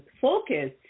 focus